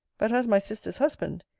but as my sister's husband,